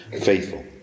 faithful